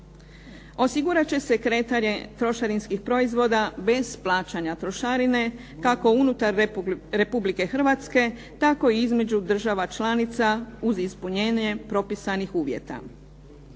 Osigurat će se kretanje trošarinskih proizvoda bez plaćanja trošarine, kako unutar Republike Hrvatske, tako i između država članica uz ispunjenje propisanih uvjeta.